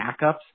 backups